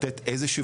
לתת איזושהי,